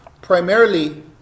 Primarily